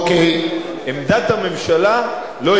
עמדת הממשלה לא השתנתה.